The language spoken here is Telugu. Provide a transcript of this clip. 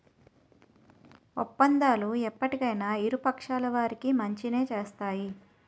ఒప్పందాలు ఎప్పటికైనా ఇరు పక్షాల వారికి మంచినే చేస్తాయి